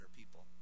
people